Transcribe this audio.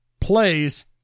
plays